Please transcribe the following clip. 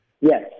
Yes